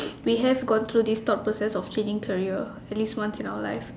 we have gone through this thought process of changing career at least once in our life